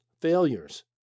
failures